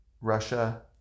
Russia